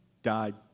died